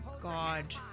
god